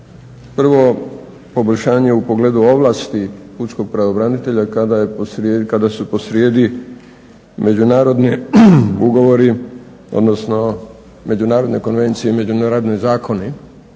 Prvo, poboljšanje u pogledu ovlasti pučkog pravobranitelja kada su posrijedi međunarodni ugovori, odnosno međunarodne konvencije i međunarodni zakoni